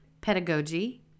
Pedagogy